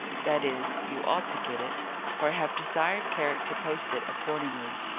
that is, you ought to get it for i have desired carrick to post it accordingly,